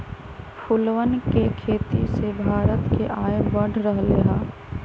फूलवन के खेती से भारत के आय बढ़ रहले है